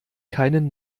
keinen